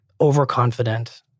overconfident